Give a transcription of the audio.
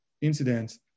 incidents